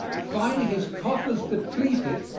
finding his coffers depleted,